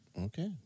Okay